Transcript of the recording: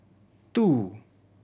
two